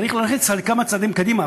לדעתי, צריך להמליץ על כמה צעדים קדימה.